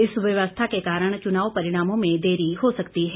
इस व्यवस्था के कारण चुनाव परिणामों में देरी हो सकती है